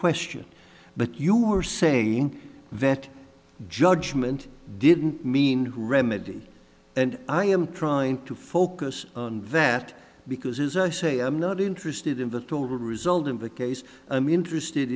question but you were saying vet judgement didn't mean who remedy and i am trying to focus on that because as i say i'm not interested in that will result in the case i'm interested